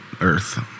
Earth